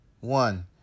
One